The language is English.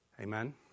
Amen